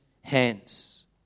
hands